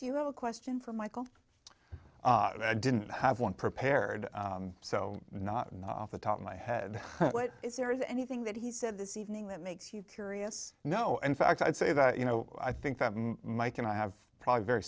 do you have a question for michael i didn't have one prepared so it's not an off the top of my head but is there is anything that he said this evening that makes you curious no in fact i'd say that you know i think that mike and i have probably very